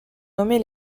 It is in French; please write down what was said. nommer